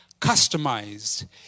customized